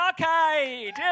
arcade